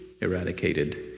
eradicated